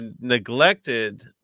neglected